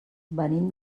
venim